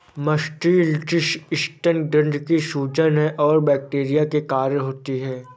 mastitis स्तन ग्रंथि की सूजन है और बैक्टीरिया के कारण होती है